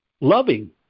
loving